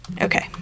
Okay